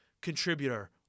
contributor